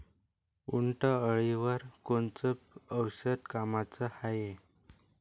उंटअळीवर कोनचं औषध कामाचं हाये?